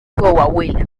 coahuila